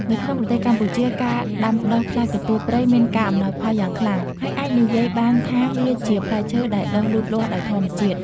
នៅក្នុងប្រទេសកម្ពុជា ការដាំដុះផ្លែកន្ទួតព្រៃមានការអំណោយផលយ៉ាងខ្លាំង ហើយអាចនិយាយបានថាវាជាផ្លែឈើដែលដុះលូតលាស់ដោយធម្មជាតិ។